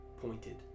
Pointed